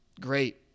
great